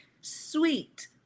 sweet